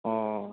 ও